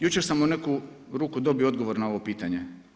Jučer sam u neku ruku dobio odgovor na ovo pitanje.